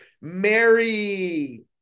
Mary